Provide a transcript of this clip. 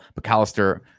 McAllister